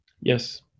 Yes